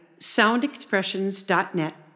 soundexpressions.net